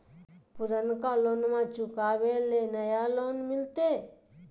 पुर्नका लोनमा चुकाबे ले नया लोन मिलते?